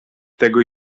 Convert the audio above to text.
tego